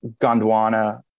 Gondwana